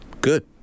good